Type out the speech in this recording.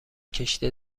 کشتی